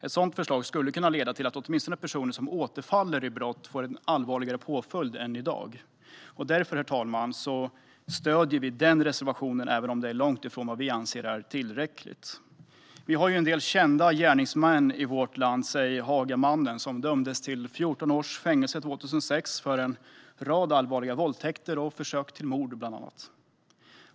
Ett sådant förslag skulle kunna leda till att åtminstone personer som återfaller i brott får en allvarligare påföljd än i dag. Därför, herr talman, stöder vi den reservationen, även om det är långt ifrån vad vi anser är tillräckligt. Vi har ju en del kända gärningsmän i vårt land, till exempel Hagamannen som dömdes till 14 års fängelse 2006 för bland annat en rad allvarliga våldtäkter och försök till mord.